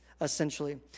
essentially